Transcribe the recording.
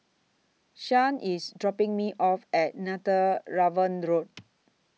Sean IS dropping Me off At Netheravon Road